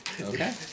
Okay